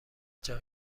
جان